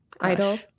idol